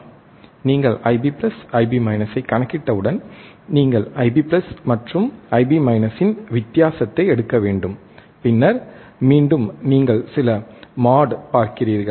நீங்கள் IB IB ஐக் கணக்கிட்டவுடன் நீங்கள் IB மற்றும் IB இன் வித்தியாசத்தை எடுக்க வேண்டும் பின்னர் மீண்டும் நீங்கள் சில மோட்ஐ பார்க்கிறீர்கள்